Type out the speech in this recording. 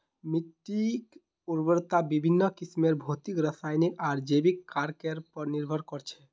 मिट्टीर उर्वरता विभिन्न किस्मेर भौतिक रासायनिक आर जैविक कारकेर पर निर्भर कर छे